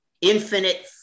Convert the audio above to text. infinite